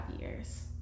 years